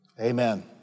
Amen